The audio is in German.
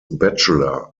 bachelor